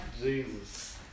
Jesus